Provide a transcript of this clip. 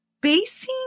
basing